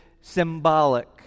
symbolic